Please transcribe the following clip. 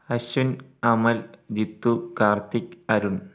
Ashwin Amal Jithu Karthik Arun